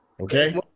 Okay